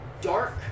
dark